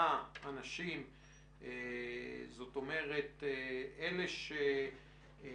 צמצום הפגיעה בשימוש באיכוני שב"כ על ידי